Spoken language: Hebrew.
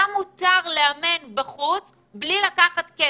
היה מותר לאמן בחוץ בלי לקחת כסף.